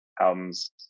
albums